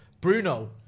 Bruno